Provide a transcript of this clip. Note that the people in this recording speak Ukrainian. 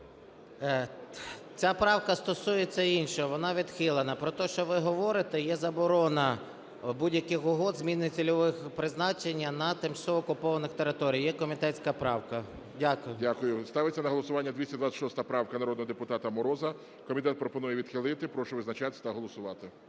Ця правка стосується іншого, вона відхилена. Про те, що ви говорите, є заборона будь-яких угод, зміни цільового призначення на тимчасово окупованих територіях, є комітетська правка. Дякую. ГОЛОВУЮЧИЙ. Дякую. Ставиться на голосування 226 правка народного депутата Мороза. Комітет пропонує відхилити. Прошу визначатись та голосувати.